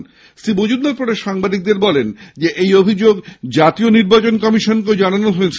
পরে শ্রী মজুমদার সাংবাদিকদের বলেন এই অভিযোগ জাতীয় নির্বাচন কমিশনেও জানানো হয়েছে